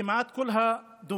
כמעט כל הדוברים